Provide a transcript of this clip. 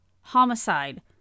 homicide